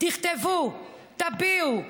תכתבו, תביעו.